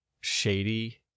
shady